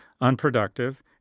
unproductive